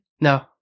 No